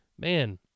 man